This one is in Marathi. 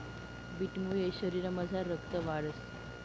बीटमुये शरीरमझार रगत वाढंस